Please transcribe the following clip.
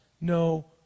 no